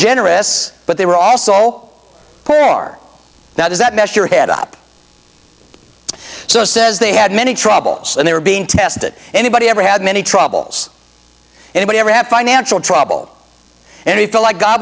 generous but they were also poor are that is that messed your head up so says they had many troubles and they were being tested anybody ever had many troubles anybody ever had financial trouble and we feel like god